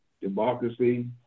democracy